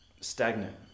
stagnant